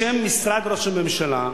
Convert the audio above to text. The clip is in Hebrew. בשם משרד ראש הממשלה,